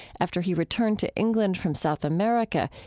after he returned to england from south america,